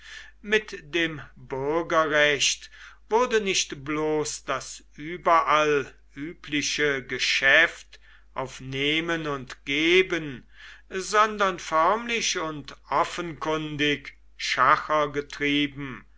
mit dem bürgerrecht wurde nicht bloß das überall übliche geschäft auf nehmen und geben sondern förmlich und offenkundig schacher getrieben